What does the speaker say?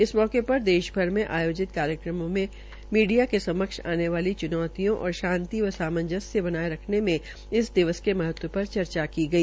इस मौके पर देश भर मे आयोजित कार्यक्रमों में मीडिया के समक्ष आने वाली चुनौतियो और शांति व सांमजस्य बनाये रखने मे इस दिवस के महत्व पर चर्चा की गई